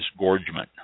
disgorgement